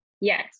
Yes